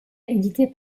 éditée